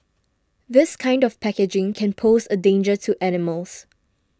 this kind of packaging can pose a danger to animals